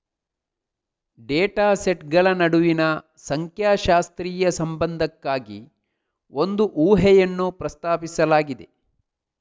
data ಸೆಟ್ಗಳ ನಡುವಿನ ಸಂಖ್ಯಾಶಾಸ್ತ್ರೀಯ ಸಂಬಂಧಕ್ಕಾಗಿ ಒಂದು ಊಹೆಯನ್ನು ಪ್ರಸ್ತಾಪಿಸಲಾಗಿದೆ